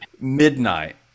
midnight